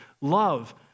Love